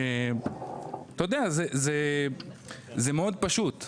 אתה יודע, זה מאוד פשוט.